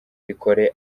ikore